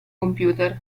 computer